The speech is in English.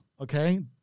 okay